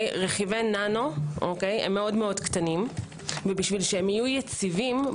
רכיבי ננו הם מאוד קטנים ובשביל שיהיו יציבים-